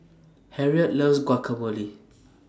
Harriet loves Guacamole